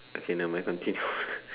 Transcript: okay never mind continue